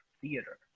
theater